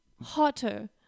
Hotter